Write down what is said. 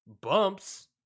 bumps